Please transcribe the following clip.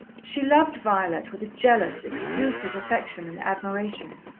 she loved violet with a jealous, exclusive affection and admiration,